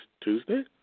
Tuesday